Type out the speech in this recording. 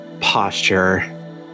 posture